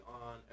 on